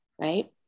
right